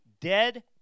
dead